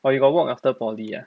but you got work after poly ah